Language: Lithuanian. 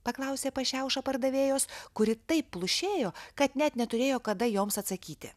paklausė pašiauša pardavėjos kuri taip plušėjo kad net neturėjo kada joms atsakyti